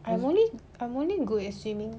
I'm only I'm only good at swimming